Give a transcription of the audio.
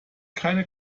keine